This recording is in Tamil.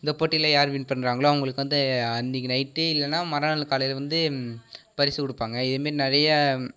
இந்த போட்டியில் யார் வின் பண்ணுகிறாங்களோ அவங்களுக்கு அன்னிக்கு நைட்டு இல்லைன்னா மறுநாள் காலையில் வந்து பரிசு கொடுப்பாங்க இதை மாரி நிறைய